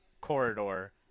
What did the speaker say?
corridor